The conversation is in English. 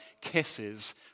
kisses